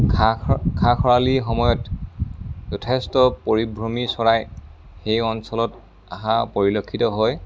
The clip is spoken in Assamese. খা খা খৰালিৰ সময়ত যথেষ্ট পৰিভ্ৰমী চৰাই সেই অঞ্চলত অহা পৰিলক্ষিত হয়